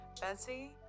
betsy